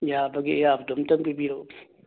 ꯌꯥꯕꯒꯤ ꯑꯌꯥꯕꯗꯣ ꯑꯃꯨꯛꯇ ꯄꯤꯕꯤꯔꯛꯎ